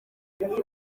muri